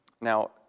Now